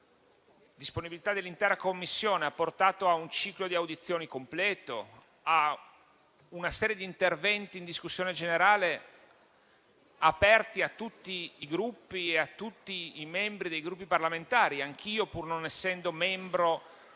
Balboni e dell'intera Commissione ha portato a un ciclo di audizioni completo e a una serie di interventi in discussione generale aperti a tutti i Gruppi e a tutti i membri dei Gruppi parlamentari (anch'io, pur non essendo membro